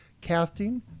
casting